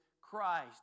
Christ